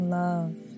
love